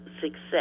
success